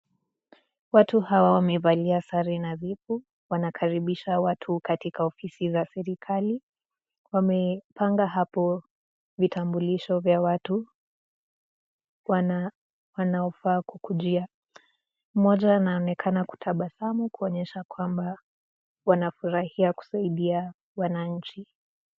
Watu hawa wamevaa sare nadhifu, wanakaribisha watu katika ofisi za serikali. Wamepanga hapo vitambulisho vya watu wanaofaa kukujia. Mmoja anaonekana kutabasamu kuonyesha kwamba wanafurahia kusaidia wananchi.